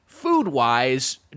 food-wise